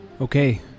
Okay